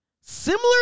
Similar